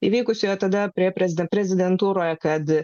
įvykusioje tada prie prezidentūroje kad